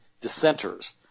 dissenters